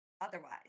otherwise